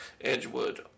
Edgewood